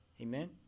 Amen